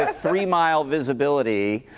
ah three-mile visibility.